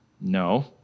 No